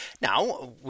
Now